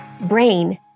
Brain